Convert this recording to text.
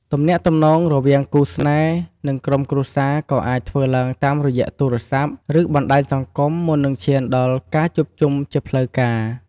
ទំនាក់ទំនងរវាងគូស្នេហ៍ និងក្រុមគ្រួសារក៏អាចធ្វើឡើងតាមរយៈទូរស័ព្ទ ឬបណ្ដាញសង្គមមុននឹងឈានដល់ការជួបជុំជាផ្លូវការ។